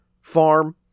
farm